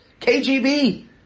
KGB